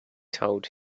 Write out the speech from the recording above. told